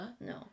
no